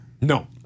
No